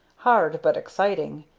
hard but exciting,